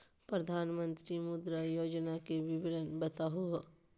प्रधानमंत्री मुद्रा योजना के विवरण बताहु हो?